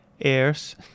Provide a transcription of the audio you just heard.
airs